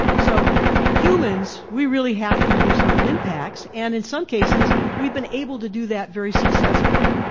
so humans, we really have to reduce our impacts, and in some cases we've been able to do that very successfully.